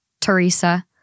teresa